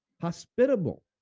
hospitable